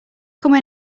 come